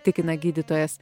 tikina gydytojas